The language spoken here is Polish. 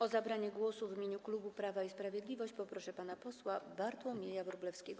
O zabranie głosu w imieniu klubu Prawo i Sprawiedliwość poproszę pana posła Bartłomieja Wróblewskiego.